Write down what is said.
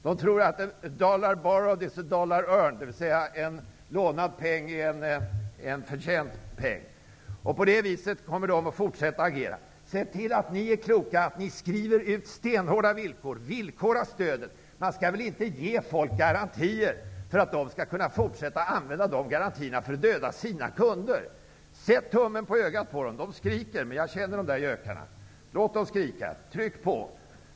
De tror att ''a dollar borrowed is a dollar earned'', dvs. en lånad peng är en förtjänt peng. De kommer att fortsätta att agera på det sättet. Se till att ni är kloka och skriver in stenhårda villkor. Stödet skall villkoras. Man skall inte ge folk garantier för att de skall kunna fortsätta att döda sina egna kunder. Sätt tummen på ögat på dem! De skriker. Men jag känner de där gökarna. Låt dem skrika. Tryck på!